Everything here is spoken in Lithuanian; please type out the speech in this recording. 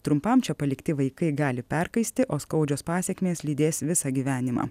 trumpam čia palikti vaikai gali perkaisti o skaudžios pasekmės lydės visą gyvenimą